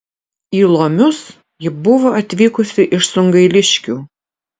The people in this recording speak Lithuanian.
į lomius ji buvo atvykusi iš sungailiškių